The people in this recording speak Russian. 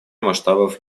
масштабов